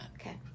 okay